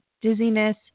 dizziness